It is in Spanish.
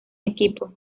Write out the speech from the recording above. equipo